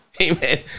amen